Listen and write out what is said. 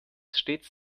stets